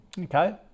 okay